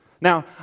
Now